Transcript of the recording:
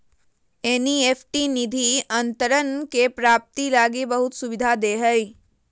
NEFT निधि अंतरण के प्राप्ति लगी बहुत सुविधा दे हइ